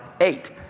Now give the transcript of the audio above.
eight